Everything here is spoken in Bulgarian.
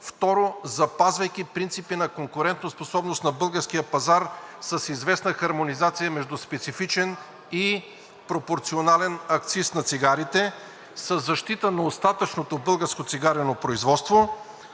второ, запазвайки принципи на конкурентоспособност на българския пазар с известна хармонизация между специфичен и пропорционален акциз на цигарите, със защита на остатъчното българско цигарено производство;